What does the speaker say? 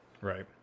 Right